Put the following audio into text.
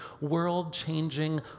world-changing